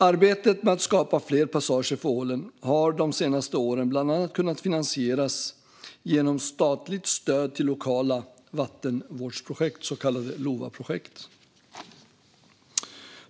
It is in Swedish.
Arbetet med att skapa fler passager för ålen har de senaste åren bland annat kunnat finansieras genom statligt stöd till lokala vattenvårdsprojekt, så kallade LOVA-projekt.